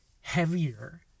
heavier